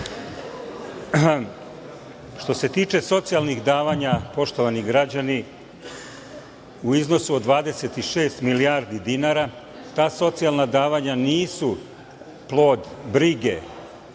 Što se tiče socijalnih davanja, poštovani građani, u iznosu od 26 milijardi dinara, ta socijalna davanja nisu plod brige